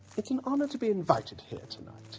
it's an honour to be invited here tonight.